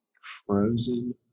frozen